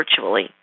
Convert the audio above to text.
virtually